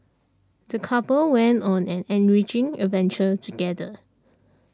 the couple went on an enriching adventure together